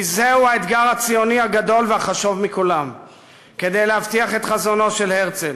כי זהו האתגר הציוני הגדול והחשוב מכולם כדי להבטיח את חזונו של הרצל,